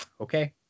Okay